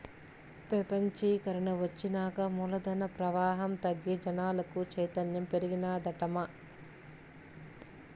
పెపంచీకరన ఒచ్చినాక మూలధన ప్రవాహం తగ్గి జనాలకు చైతన్యం పెరిగినాదటమ్మా